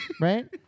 right